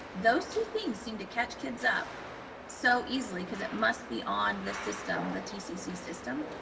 those two things seem to catch kids up so easily, because it must be on the system, the tcc system,